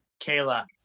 Kayla